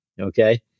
okay